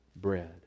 bread